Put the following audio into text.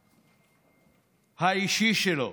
בנושא האישי שלו.